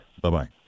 Bye-bye